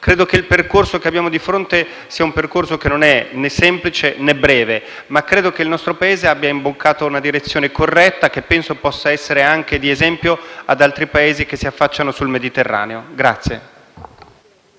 Credo che il percorso che abbiamo di fronte non sia né semplice, né breve, ma credo anche che il nostro Paese abbia imboccato una direzione corretta che penso possa essere di esempio per altri Paesi che si affacciano sul Mediterraneo.